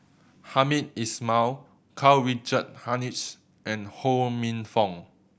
Hamed Ismail Karl Richard Hanitsch and Ho Minfong